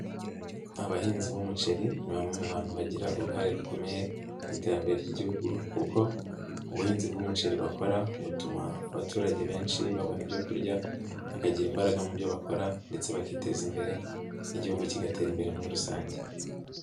Abahinzi b'umuceri ni bamwe mu bantu bagira uruhare rukomeye mu iterambere ry'igihugu kuko ubuhinzi bw'umuceri bakora butuma abaturage benshi babona ibyo kurya, bakagira imbaraga mu byo bakora ndetse bakiteza imbere n'igihugu kigatera imbere muri rusange.